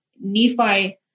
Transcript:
Nephi